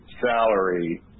salary